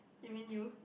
you mean you